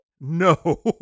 No